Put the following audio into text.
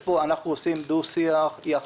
אנחנו עושים דו-שיח עם גורמים אחרים,